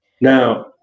Now